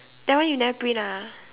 that one you never print ah